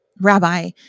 Rabbi